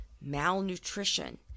malnutrition